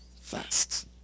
Fast